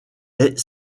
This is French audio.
est